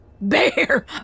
Bear